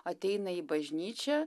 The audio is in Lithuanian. ateina į bažnyčią